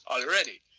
already